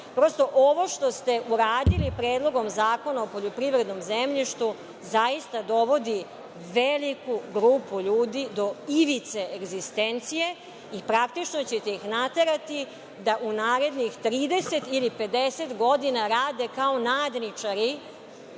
Prosto, ovo što ste uradili Predlogom zakona o poljoprivrednom zemljištu zaista dovodi veliku grupu ljudi do ivice egzistencije i praktično ćete ih naterati da u narednih 30 ili 50 godina rade kao nadničari